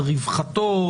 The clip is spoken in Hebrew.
על רווחתו,